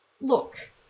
look